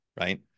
right